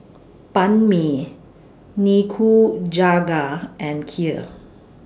Banh MI Nikujaga and Kheer